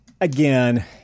again